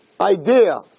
idea